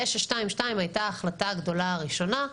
922 הייתה ההחלטה הגדולה הראשונה,